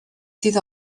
sydd